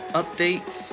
updates